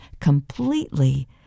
completely